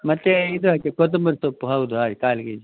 ಮತ್ತು ಇದು ಹಾಕಿ ಕೊತ್ತಂಬರಿ ಸೊಪ್ಪು ಹೌದು ಹಾಂ ಕಾಲು ಕೆಜಿ